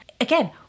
again